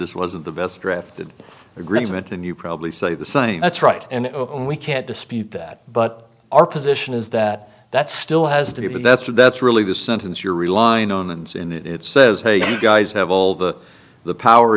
this was of the best drafted agreement and you probably say the signing that's right and we can't dispute that but our position is that that still has to be but that's what that's really the sentence you're relying on and it says hey you guys have all the the power